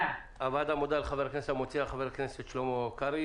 הוועדה מודה לחבר הכנסת המציע שלמה קרעי,